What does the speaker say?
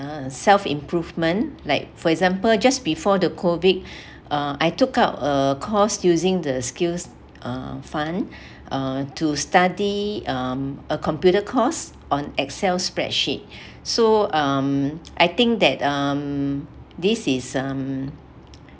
uh self improvement like for example just before the COVID uh I took out a course using the skills uh fund uh to study um a computer course on excel spreadsheet so um I think that um this is um